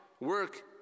work